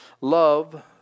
love